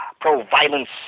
pro-violence